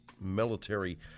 military